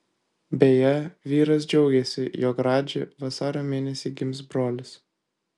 beje vyras džiaugėsi jog radži vasario mėnesį gims brolis